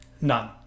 None